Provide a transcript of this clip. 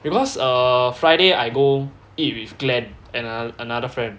because err friday I go eat with glenn and a~ another friend